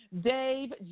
Dave